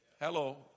Hello